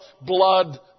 blood